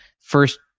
first